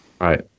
Right